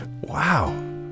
wow